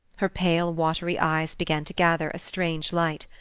her pale, watery eyes began to gather a strange light.